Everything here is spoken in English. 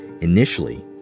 Initially